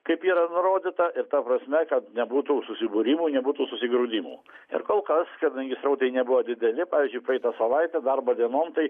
kaip yra nurodyta ir ta prasme kad nebūtų susibūrimų nebūtų susigrūdimų ir kol kas kadangi srautai nebuvo dideli pavyzdžiui praeitą savaitę darbo dienom tai